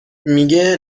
میگه